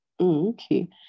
okay